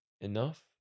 enough